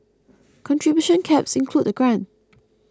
contribution caps include the grant